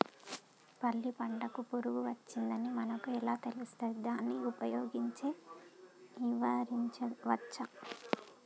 పల్లి పంటకు పురుగు వచ్చిందని మనకు ఎలా తెలుస్తది దాన్ని ఉపయోగించి నివారించవచ్చా?